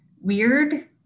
weird